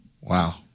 Wow